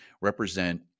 represent